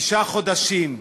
"תשעה חודשים".